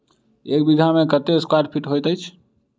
एक बीघा मे कत्ते स्क्वायर फीट होइत अछि?